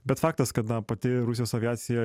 bet faktas kad na pati rusijos aviacija